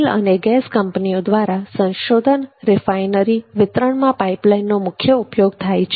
તેલ અને ગેસ કંપનીઓ દ્વારા સંશોધન રિફાઇનરી અને વિતરણમાં પાઇપલાઇનનો મુખ્ય ઉપયોગ થાય છે